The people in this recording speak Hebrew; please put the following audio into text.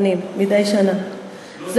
מדי שנה,